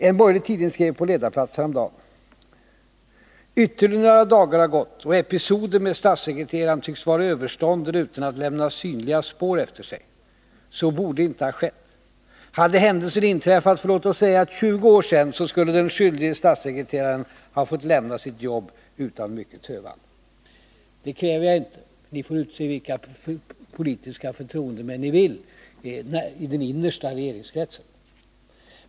En borgerlig tidning skrev häromdagen på ledarplats: ”Ytterligare några dagar har gått — och episoden med statssekreteraren tycks vara överstånden utan att lämna synliga spår efter sig. Så borde inte ha skett. Hade händelsen inträffat för låt oss säga tjugo år sedan, så skulle den skyldige statssekreteraren ha fått lämna sitt jobb utan mycken tövan.” Jag kräver inte att statssekreteraren skall lämna sitt jobb. Ni får utse vilka politiska förtroendemän ni vill i den innersta regeringskretsen.